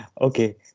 Okay